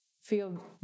feel